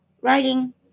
writing